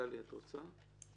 גלי, בבקשה.